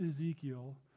Ezekiel